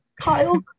Kyle